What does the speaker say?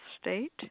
state